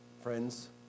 Friends